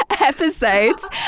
episodes